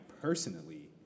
personally